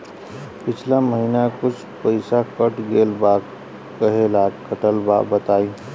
पिछला महीना कुछ पइसा कट गेल बा कहेला कटल बा बताईं?